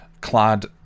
clad